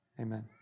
Amen